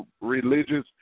religious